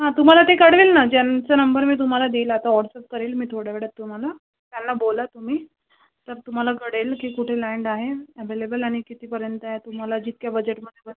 हां तुम्हाला ते कळवेल ना ज्यांचं नंबर मी तुम्हाला देईल आता वॉट्सअप करेल मी थोड्या वेळात तुम्हाला त्यांना बोला तुम्ही तर तुम्हाला कळेल की कुठे लँड आहे अव्हेलेबल आणि कितीपर्यंत आहे तुम्हाला जितक्या बजेटमध्ये